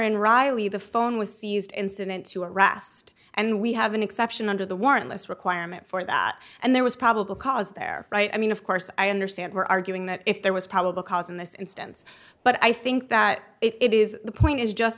in riley the phone was seized instant to rast and we have an exception under the warrantless requirement for that and there was probable cause there right i mean of course i understand we're arguing that if there was probable cause in this instance but i think that it is the point is just